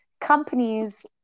companies